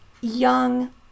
young